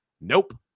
nope